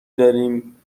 داریم